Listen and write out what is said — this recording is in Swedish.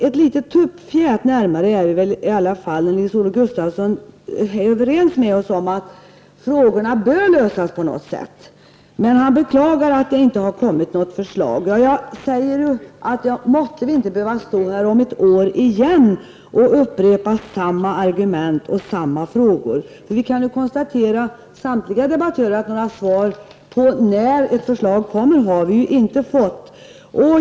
Ett litet tuppfjät närmare är vi väl i alla fall, när Nils-Olof Gustafsson är överens med oss om att frågorna bör lösas på något sätt. Men han beklagar att det inte har kommit något förslag. Ja, jag säger ju att måtte vi inte behöva stå här om ett år igen och upprepa samma argument och samma frågor, för vi kan ju konstatera samtliga debattörer att några svar på frågan när ett förslag kommer har vi inte fått.